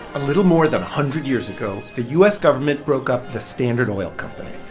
a little more than a hundred years ago, the u s. government broke up the standard oil company.